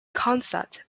concept